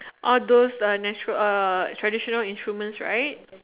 all those uh natural uh traditional instruments right